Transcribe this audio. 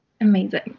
amazing